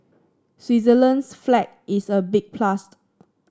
Switzerland's flag is a big plus